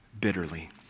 bitterly